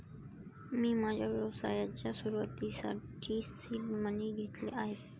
मी माझ्या व्यवसायाच्या सुरुवातीसाठी सीड मनी घेतले आहेत